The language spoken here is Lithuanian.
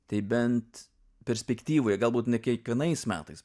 tai bent perspektyvoje galbūt ne kiekvienais metais